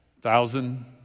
Thousand